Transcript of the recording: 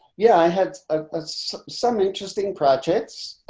yeah, i had ah ah some some interesting projects.